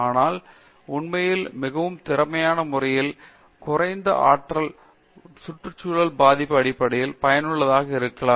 ஆனால் உண்மையில் மிகவும் திறமையான முறையில் மிகவும் குறைந்த ஆற்றல் நுகர்வு சுற்றுச்சூழல் பாதிப்பு அடிப்படையில் பயனுள்ளதாக இருக்கலாம்